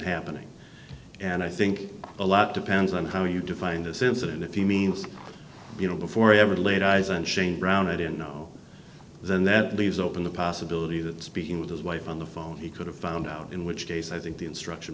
happening and i think a lot depends on how you define this incident if he means you know before he ever laid eyes on shane brown i didn't know then that leaves open the possibility that speaking with his wife on the phone he could have found out in which case i think the instruction